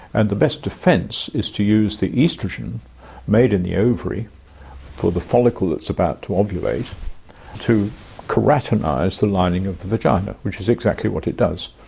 and the best defence is to use the oestrogen made in the ovary for the follicle that's about to ovulate to keratinise ah the lining of the vagina, which is exactly what it does.